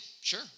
sure